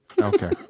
Okay